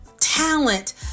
talent